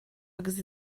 agus